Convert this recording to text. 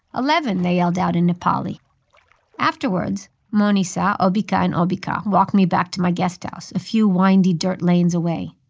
eleven, they yelled out in nepali afterwards, manisha, obica and obica walked me back to my guesthouse a few windy dirt lanes away.